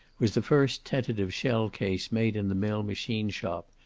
was the first tentative shell-case made in the mill machine-shop,